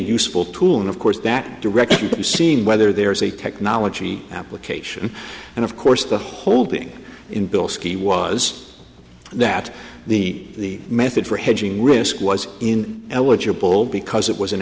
useful tool and of course that direction seeing whether there is a technology application and of course the holding in bilski was that the method for hedging risk was in eligible because it was an